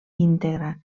íntegra